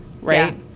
right